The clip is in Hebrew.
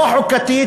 לא חוקתית,